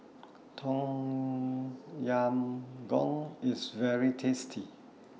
Tom Yam Goong IS very tasty